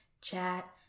chat